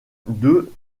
deux